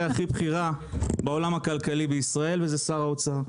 הכי בכירה בעולם הכלכלי בישראל שזה שר האוצר.